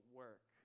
work